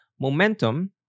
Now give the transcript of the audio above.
Momentum